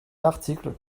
l’article